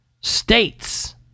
States